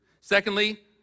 secondly